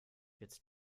jetzt